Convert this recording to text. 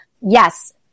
yes